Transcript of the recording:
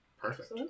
Perfect